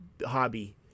Hobby